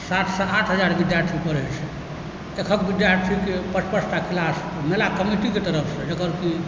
सातसँ आठ हजार विद्यार्थी पढ़ै छै एक एक विद्यार्थीके पाँच पाँच टा क्लास मेला कमिटीके तरफसेँ जकर कि